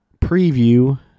preview